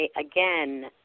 Again